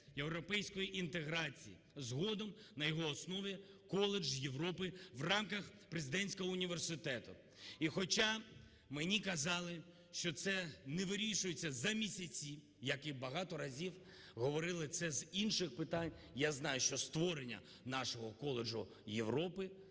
європейської інтеграції, згодом на його основі коледж Європи в рамках Президентського університету. І хоча мені казали, що це не вирішується за місяці, як і багато разів говорили це з інших питань, я знаю, що створення нашого коледжу Європи